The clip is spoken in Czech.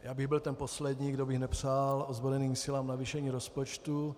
Já bych byl ten poslední, kdo by nepřál ozbrojeným silám navýšení rozpočtu.